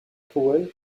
powell